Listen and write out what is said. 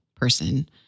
person